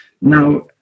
now